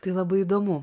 tai labai įdomu